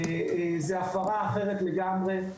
זו הפרה אחרת לגמרי.